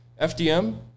FDM